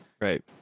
Right